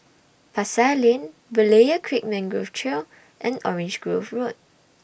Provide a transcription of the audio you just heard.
Pasar Lane Berlayer Creek Mangrove Trail and Orange Grove Road